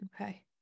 Okay